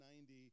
90